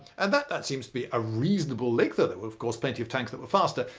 and that that seems to be a reasonable lick, though there were of course plenty of tanks that were faster.